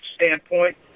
standpoint